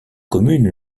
commune